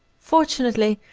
fortunately,